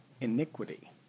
iniquity